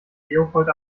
leopold